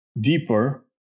deeper